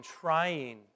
trying